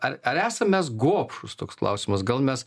ar ar esam mes gobšūs toks klausimas gal mes